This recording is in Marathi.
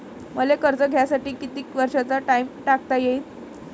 मले कर्ज घ्यासाठी कितीक वर्षाचा टाइम टाकता येईन?